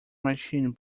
machine